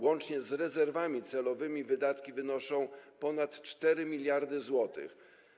Łącznie z rezerwami celowymi wydatki wynoszą ponad 4 mld zł.